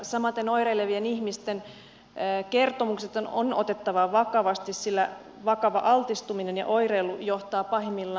samaten oireilevien ihmisten kertomukset on otettava vakavasti sillä vakava altistuminen ja oireilu johtavat pahimmillaan työkyvyttömyyteen